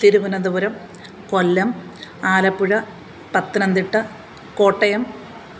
Thiruvananthapuram Kollam Alappuzha Pathanamthitta Kottayam